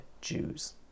Jews